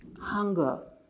hunger